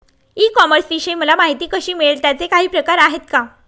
E कॉमर्सविषयी मला माहिती कशी मिळेल? त्याचे काही प्रकार आहेत का?